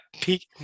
peak